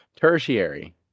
tertiary